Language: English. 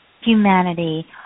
humanity